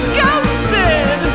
ghosted